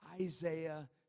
Isaiah